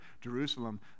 Jerusalem